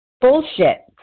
bullshit